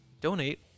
donate